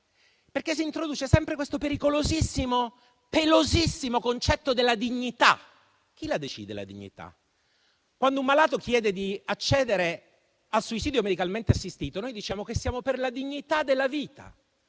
vuoi». Si introduce sempre questo pericolosissimo e pelosissimo concetto della dignità. Chi la decide la dignità? Quando un malato chiede di accedere al suicidio medicalmente assistito, noi diciamo che siamo per la dignità della vita.